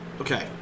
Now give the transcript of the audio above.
okay